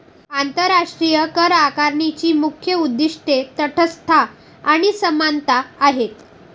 आंतरराष्ट्रीय करआकारणीची मुख्य उद्दीष्टे तटस्थता आणि समानता आहेत